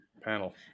panel